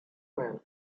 man